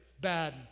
bad